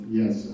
yes